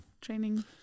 training